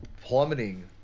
plummeting